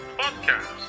podcast